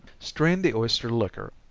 strain the oyster liquor,